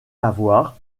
avoir